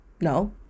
no